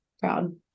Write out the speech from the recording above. proud